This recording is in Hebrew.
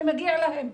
ומגיע להם,